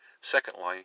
Secondly